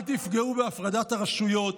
אל תפגעו בהפרדת הרשויות.